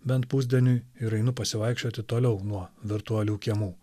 bent pusdieniui ir einu pasivaikščioti toliau nuo virtualių kiemų